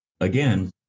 again